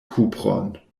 kupron